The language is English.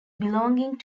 belonging